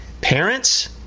Parents